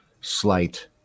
slight